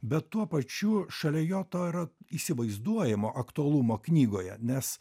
bet tuo pačiu šalia jo to yra įsivaizduojamo aktualumo knygoje nes